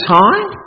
time